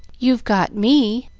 you've got me.